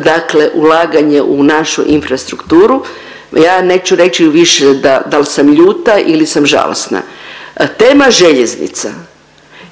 dakle ulaganje u našu infrastrukturu ja neću reći više da, dal sam ljuta ili sam žalosna. Tema željeznica